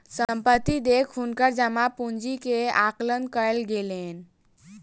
संपत्ति देख हुनकर जमा पूंजी के आकलन कयल गेलैन